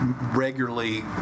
regularly